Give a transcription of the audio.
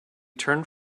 turned